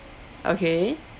okay